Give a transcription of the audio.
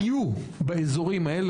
היו באזורים האלה,